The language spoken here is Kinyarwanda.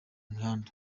mihanda